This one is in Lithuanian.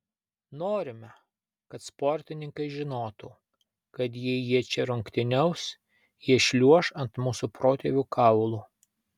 norime kad sportininkai žinotų kad jei jie čia rungtyniaus jie šliuoš ant mūsų protėvių kaulų